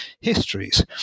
histories